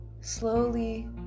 slowly